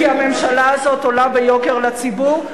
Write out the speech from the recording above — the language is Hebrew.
כי הממשלה הזאת עולה ביוקר לציבור.